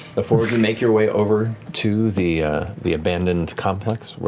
the four of you make your way over to the the abandoned complex